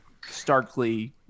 starkly